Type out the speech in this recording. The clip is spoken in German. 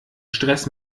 stress